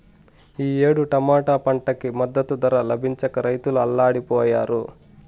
ఈ ఏడు టమాటా పంటకి మద్దతు ధర లభించక రైతులు అల్లాడిపొయ్యారు